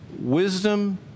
wisdom